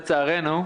לצערנו,